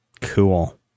Cool